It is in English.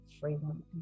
freedom